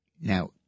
Now